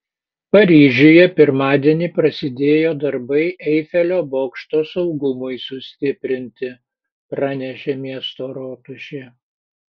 paryžiuje pirmadienį prasidėjo darbai eifelio bokšto saugumui sustiprinti pranešė miesto rotušė